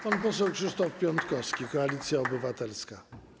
Pan poseł Krzysztof Piątkowski, Koalicja Obywatelska.